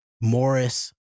Morris